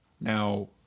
Now